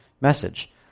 message